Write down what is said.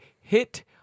hit